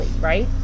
right